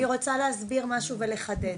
אני רוצה להסביר משהו ולחדד.